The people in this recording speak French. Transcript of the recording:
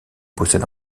possède